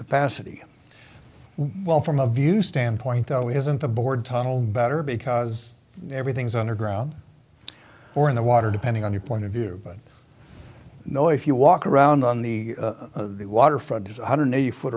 capacity well from a view standpoint though isn't the board tunnel better because everything's underground or in the water depending on your point of view but no if you walk around on the waterfront just one hundred eighty fo